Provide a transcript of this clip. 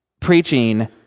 preaching